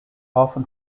often